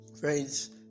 friends